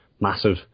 massive